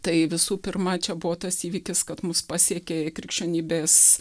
tai visų pirma čia buvo tas įvykis kad mus pasiekė krikščionybės